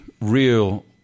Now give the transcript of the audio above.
real